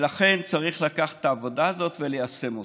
לכן צריך לקחת את העבודה הזאת וליישם אותה.